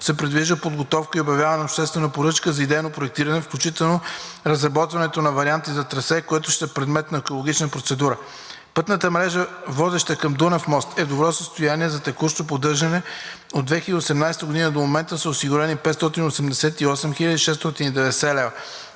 се предвижда подготовка и обявяване на обществена поръчка за идейно проектиране, включващо разработване на варианти на трасе, които ще са предмет на екологична процедура. Пътната мрежа, водеща към Дунав мост, е в добро състояние. За текущо поддържане от 2018 г. до момента са осигурени 588 690 лв.